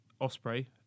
Osprey